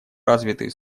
развитые